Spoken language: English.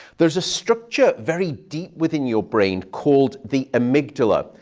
there's a structure very deep within your brain called the amygdala.